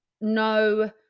no